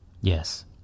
Yes